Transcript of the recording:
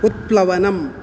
उत्प्लवनम्